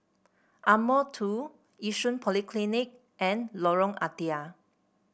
Ardmore Two Yishun Polyclinic and Lorong Ah Thia